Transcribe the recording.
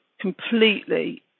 completely